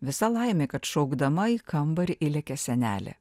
visa laimė kad šaukdama į kambarį įlėkė senelė